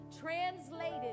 translated